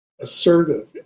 assertive